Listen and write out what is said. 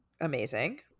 Amazing